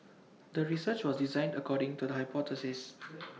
the research was designed according to the hypothesis